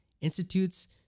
institutes